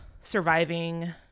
surviving